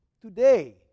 today